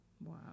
wow